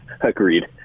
agreed